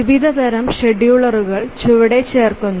വിവിധ തരം ഷെഡ്യൂളറുകൾ ചുവടെ ചേർക്കുന്നു